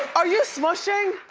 are you smooshing?